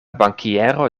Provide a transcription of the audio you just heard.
bankiero